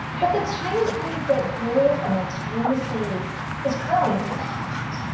but the tiny plant that grew from the tiny seed is growing fast.